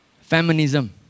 Feminism